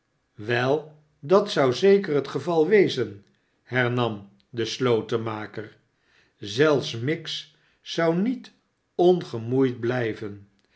wel dat zou zeker het geval wezen hernam de slotenmaker azelfs miggs zou niet ongemoeid blijven